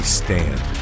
stand